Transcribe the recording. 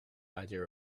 idea